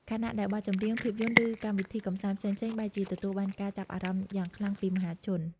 ខណៈដែលបទចម្រៀង ភាពយន្ត ឬកម្មវិធីកម្សាន្តផ្សេងៗ បែរជាទទួលបានការចាប់អារម្មណ៍យ៉ាងខ្លាំងពីមហាជន។